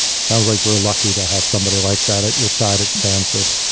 sounds like you're ah lucky to have somebody like that at your side at stanford.